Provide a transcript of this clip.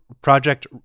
Project